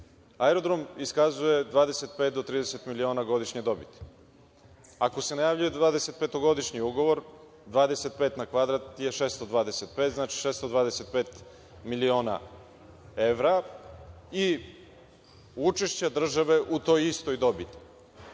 aerodrom iskazuje 25 do 30 miliona godišnje dobiti. Ako se najavljuje 25-godišnji ugovor, 25 na kvadrat je 625. Znači, 625 miliona evra i učešće države u toj istoj dobiti.